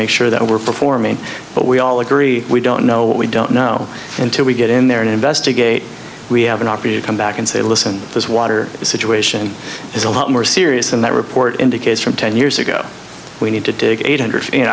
make sure that we're performing but we all agree we don't know what we don't know until we get in there and investigate we haven't operated come back and say listen this water situation is a lot more serious than that report indicates from ten years ago we need to dig eight hundred